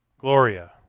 Gloria